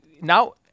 now